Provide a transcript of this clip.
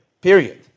period